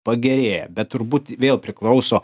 pagerėję bet turbūt vėl priklauso